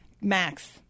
Max